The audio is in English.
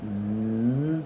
mm